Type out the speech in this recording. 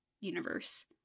universe